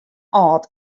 âld